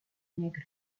negro